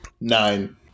Nine